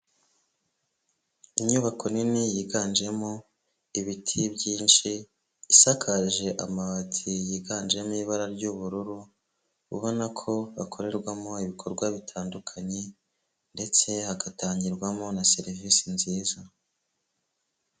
Inyubako nini yiganjemo ibiti byinshi, isakaje amabati yiganjemo ibara ry'ubururu, ubona ko hakorerwamo ibikorwa bitandukanye ndetse hagatangirwamo na serivisi nziza.